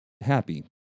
happy